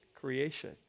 creation